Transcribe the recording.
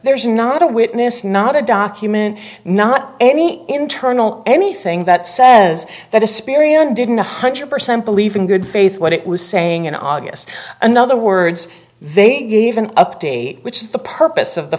there's not a witness not a document not any internal anything that says that a spirit and didn't one hundred percent believe in good faith what it was saying in august another words they gave an update which is the purpose of the